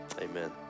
amen